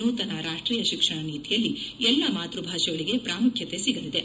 ನೂತನ ರಾಷ್ಟೀಯ ಶಿಕ್ಷಣ ನೀತಿಯಲ್ಲಿ ಎಲ್ಲಾ ಮಾತ್ವಭಾಷೆಗಳಿಗೆ ಪ್ರಾಮುಖ್ಯತೆ ಸಿಗಲಿದೆ